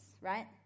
right